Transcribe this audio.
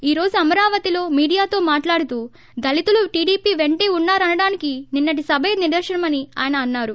ఈ రోజు అమరావతి లో మీడియాతో మాట్లాడుతూ దళితులు టీడీపీ వెంటే ఉన్నా రనడానికి నిన్నటి సభే నిదర్శనమని ఆయన అన్నారు